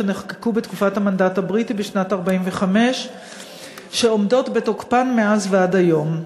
שנחקקו בתקופת המנדט הבריטי בשנת 1945 ועומדות בתוקפן מאז ועד היום.